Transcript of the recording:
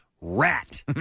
rat